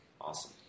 Awesome